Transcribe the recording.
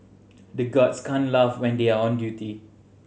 the guards can't laugh when they are on duty